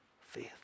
Faith